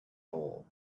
hole